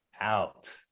out